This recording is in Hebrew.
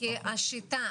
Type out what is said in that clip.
כי השיטה,